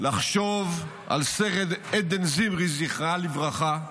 לחשוב על סרן עדן נימרי, זכרה לברכה,